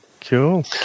cool